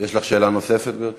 יש לך שאלה נוספת, גברתי?